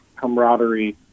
camaraderie